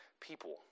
people